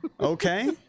Okay